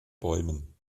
bäumen